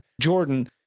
Jordan